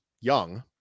young